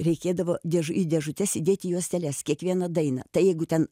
reikėdavo dėžu į dėžutes įdėti juosteles kiekvieną dainą tai jeigu ten